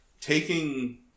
taking